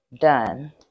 Done